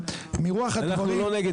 מרוח הדברים --- אנחנו לא נגד.